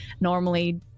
normally